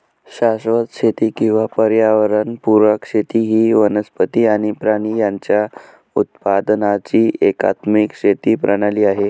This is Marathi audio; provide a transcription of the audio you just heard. शाश्वत शेती किंवा पर्यावरण पुरक शेती ही वनस्पती आणि प्राणी यांच्या उत्पादनाची एकात्मिक शेती प्रणाली आहे